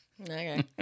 Okay